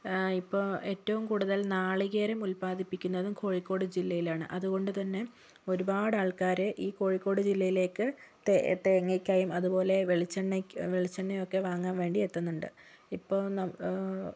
ഇപ്പോൾ ഏറ്റവും കൂടുതൽ നാളികേരം ഉത്പാദിപ്പിക്കുന്നതും കോഴിക്കോട് ജില്ലയിലാണ് അതുകൊണ്ടുതന്നെ ഒരുപാടാൾക്കാരെ ഈ കോഴിക്കോട് ജില്ലയിലേക്ക് തേ തേങ്ങക്കായും അതുപോലെ വെളിച്ചെണ്ണയ്ക്ക് വെളിച്ചെണ്ണയൊക്കെ വാങ്ങാൻ വേണ്ടി എത്തുന്നുണ്ട് ഇപ്പം ന